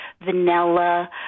vanilla